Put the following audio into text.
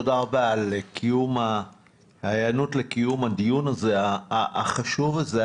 תודה רבה על ההיענות לקיום הדיון החשוב הזה.